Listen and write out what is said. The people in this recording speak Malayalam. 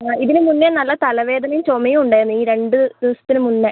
ഇതിനു മുന്നേ നല്ല തലവേദനയും ചുമയും ഉണ്ടായിരുന്നു ഈ രണ്ട് ദിവസത്തിന് മുന്നേ